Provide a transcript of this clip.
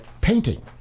painting